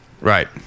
Right